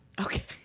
Okay